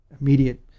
immediate